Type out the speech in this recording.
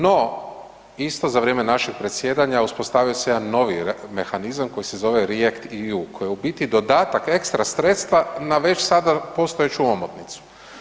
No, isto za vrijeme našeg predsjedanja, uspostavio se jedan novi mehanizam koji se zove REACT-EU koji je u biti dodatak ekstra sredstva na već sada postojeću omotnicu.